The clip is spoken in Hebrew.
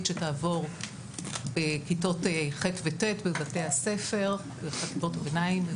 שתעבור בכיתות ח' ו-ט' בבתי הספר וחטיבות הביניים,